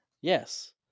Yes